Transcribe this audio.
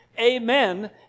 Amen